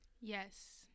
Yes